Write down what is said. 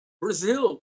Brazil